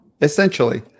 Essentially